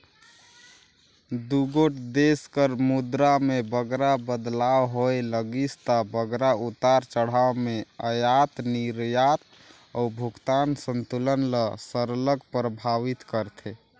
दुगोट देस कर मुद्रा में बगरा बदलाव होए लगिस ता बगरा उतार चढ़ाव में अयात निरयात अउ भुगतान संतुलन ल सरलग परभावित करथे